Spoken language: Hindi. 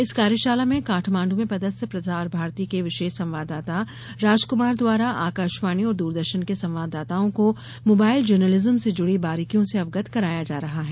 इस कार्यशाला में काठमाण्डू में पदस्थ प्रसार भारती के विशेष संवाददाता राजकुमार द्वारा आकाशवाणी और दूरदर्शन के संवाददाताओं को मोबाइल जर्नलिज्म से जुड़ी बारीकियों से अवगत कराया जा रहा है